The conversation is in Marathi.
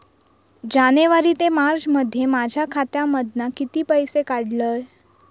जानेवारी ते मार्चमध्ये माझ्या खात्यामधना किती पैसे काढलय?